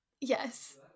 yes